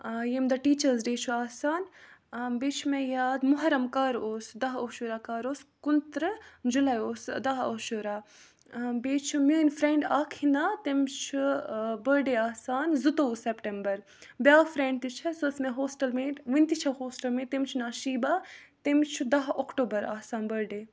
ٲں ییٚمہِ دۄہ ٹیٖچٲرٕس ڈے چھُ آسان ٲں بیٚیہِ چھُ مےٚ یاد مُحرم کَر اوٗس دَہ عٲشوٗرہ کَر اوٗس کُنتٕرٕہ جُلاے اوٗس دَہ عاشوٗرہ ٲں بیٚیہِ چھُ میٲنۍ فرٛیٚنٛڈ اَکھ حنا تٔمِس چھُ ٲں بٔرتھ ڈے آسان زٕتووُہ سیٚپٹیٚمبر بیاکھ فرٛیٚنٛڈ تہِ چھِ سۄ ٲس مےٚ ہوسٹل میٹ وُنہِ تہِ چھِ ہوسٹل میٹ تٔمِس چھُ ناو شیٖبہ تٔمِس چھُ دَہ اکٹوٗبر آسان بٔرتھ ڈے